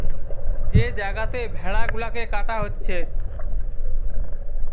যে জাগাতে ভেড়া গুলাকে কাটা হচ্ছে